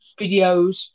videos